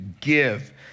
give